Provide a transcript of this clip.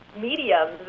mediums